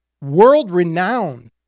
world-renowned